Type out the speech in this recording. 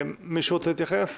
מישהו רוצה להתייחס?